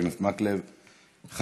9756 ו-9757,